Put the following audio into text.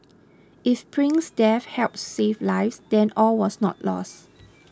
if Prince's death helps save lives then all was not lost